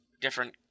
different